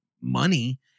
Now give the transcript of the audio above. money